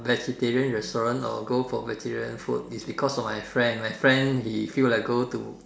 vegetarian restaurant or go for vegetarian food is because of my friend my friend he feel like go to